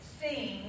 Sing